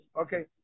Okay